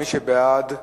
מי שבעד,